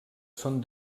són